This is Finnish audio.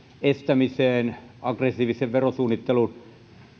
estämiseen aggressiivisen verosuunnittelun